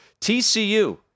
TCU